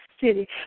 city